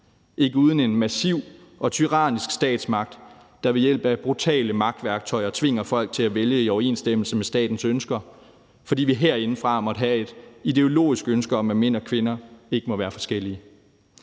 ikke uden en massiv og tyrannisk statsmagt, der ved hjælp af brutale magtværktøjer tvinger folk til at træffe valg i overensstemmelse med statens ønsker, fordi vi herindefra måtte have et ideologisk ønske om, at mænd og kvinder ikke må være forskellige.